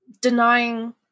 denying